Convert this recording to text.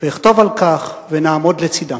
ואכתוב על כך, ונעמוד לצדם.